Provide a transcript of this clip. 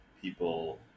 people